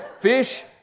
Fish